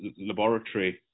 laboratory